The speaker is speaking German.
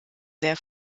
sehr